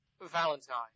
Valentine